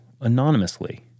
anonymously